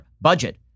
budget